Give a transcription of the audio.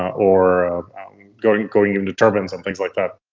or going going into turbines and things like that.